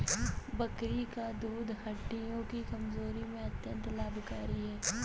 बकरी का दूध हड्डियों की कमजोरी में अत्यंत लाभकारी है